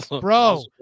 bro